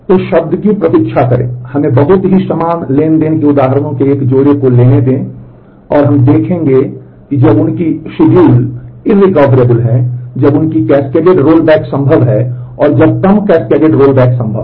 तो शब्द की प्रतीक्षा करें हमें बहुत ही समान ट्रांज़ैक्शन के उदाहरणों के एक जोड़े को लेने दें और हम देखेंगे कि जब उनकी अनुसूचियां हैं जब उनकी कैस्केडेड रोलबैक संभव है और जब कम कैस्केडेड रोलबैक संभव है